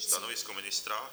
Stanovisko ministra?